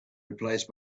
replaced